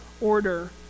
order